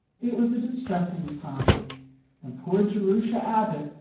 it was a distressing time and poor jerusha abbott,